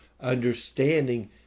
understanding